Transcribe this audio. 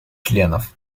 членов